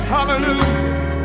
Hallelujah